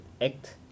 act